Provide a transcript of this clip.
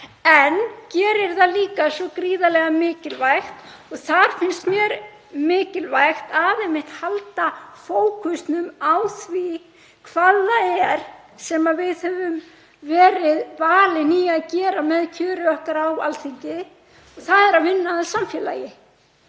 en líka svo gríðarlega mikilvægt. Þar finnst mér mikilvægt að halda fókusnum á því hvað það er sem við höfum verið valin í að gera með kjöri okkar á Alþingi og það er að vinna að samfélagi.